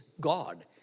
God